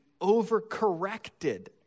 overcorrected